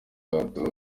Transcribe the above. kato